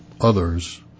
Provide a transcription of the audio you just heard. others